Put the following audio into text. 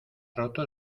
roto